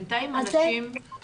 בינתיים אנשים תקועים במצוקות שלהם.